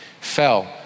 fell